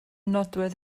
nodwedd